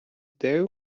ідею